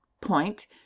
point